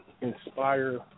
inspire